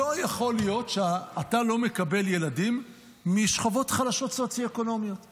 לא יכול להיות שאתה לא מקבל ילדים משכבות סוציו-אקונומיות חלשות.